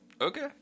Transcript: Okay